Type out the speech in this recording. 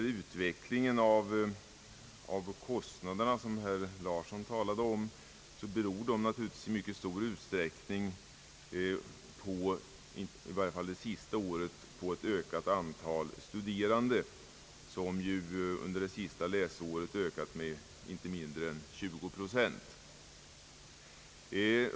Utvecklingen av kostnaderna, som herr Larsson talade om, beror naturligtvis i stor utsträckning, i varje fall när det gäller det senaste året, på ett ökat antal studerande. Vi har under det senaste läsåret haft en ökning med inte mindre än 20 procent.